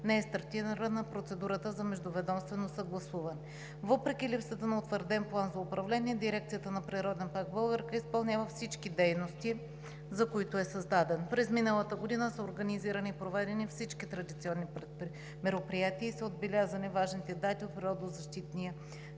не е стартирана процедурата за междуведомствено съгласуване. Въпреки липсата на утвърден план за управление Дирекцията на Природен парк „Българка“ изпълнява всички дейности, за които е създаден. През миналата година са организирани и проведени всички традиционни мероприятия и са отбелязани важните дати от природозащитния